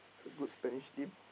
is a good Spanish team